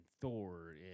Thor